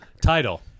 Title